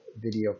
video